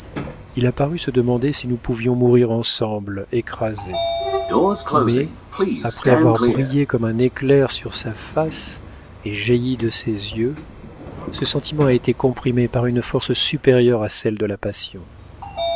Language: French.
il a paru se demander si nous pouvions mourir ensemble écrasés mais après avoir brillé comme un éclair sur sa face et jailli de ses yeux ce sentiment a été comprimé par une force supérieure à celle de la passion